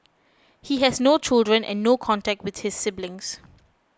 he has no children and no contact with his siblings